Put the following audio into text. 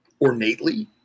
ornately